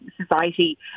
society